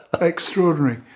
Extraordinary